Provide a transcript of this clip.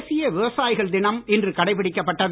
தேசிய விவசாயிகள் தினம் இன்று கடைப்பிடிக்கப்பட்டது